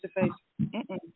face-to-face